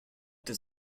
does